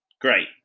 great